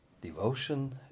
Devotion